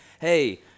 hey